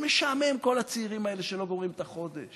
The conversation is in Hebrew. זה משעמם, כל הצעירים האלה שלא גומרים את החודש.